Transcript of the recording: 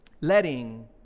letting